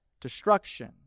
destruction